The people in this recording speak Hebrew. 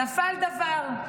נפל דבר.